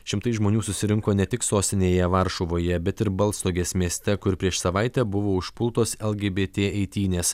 šimtai žmonių susirinko ne tik sostinėje varšuvoje bet ir balstogės mieste kur prieš savaitę buvo užpultos lgbt eitynės